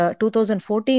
2014